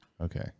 Okay